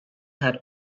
had